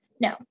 No